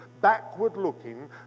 backward-looking